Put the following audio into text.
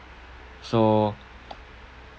so